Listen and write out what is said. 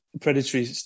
predatory